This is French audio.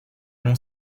long